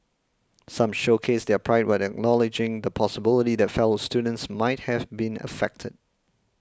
some showcased their pride while acknowledging the possibility that fellow students might have been affected